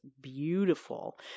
beautiful